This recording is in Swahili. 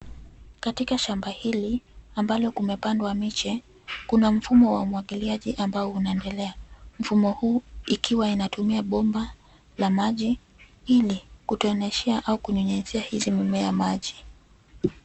Katika shamba hili, ambalo kumepandwa miche kuna mfumo wa umwangiliaji ambao unaendelea. Mfumo huu ikiwa unatumia bomba la maji ili kudoneshea au kunyunyuzia hizi mimea maji.